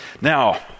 Now